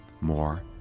more